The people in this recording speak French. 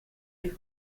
est